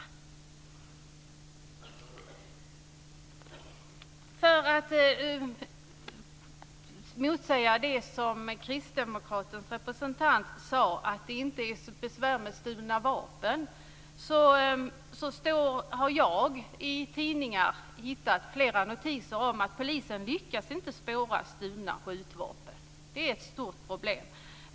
Jag skulle vilja motsäga det som Kristdemokraternas representant sade, att det inte är problem med stulna vapen. Jag har i tidningar hittat flera notiser om att polisen inte lyckas hitta stulna skjutvapen. Det är ett stort problem.